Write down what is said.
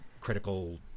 critical